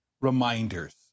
reminders